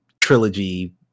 trilogy